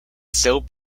still